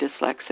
dyslexic